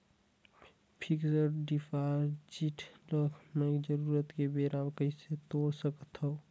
Fixed deposit ल मैं जरूरत के बेरा कइसे तोड़ सकथव?